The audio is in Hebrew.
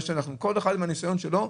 כל אחד עם הניסיון שלו,